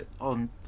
on